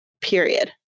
period